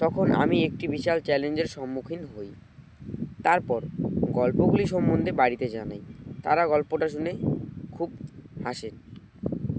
তখন আমি একটি বিশাল চ্যালেঞ্জের সম্মুখীন হই তারপর গল্পগুলি সম্বন্ধে বাড়িতে জানাই তারা গল্পটা শুনে খুব হাসেন